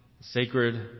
sacred